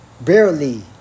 barely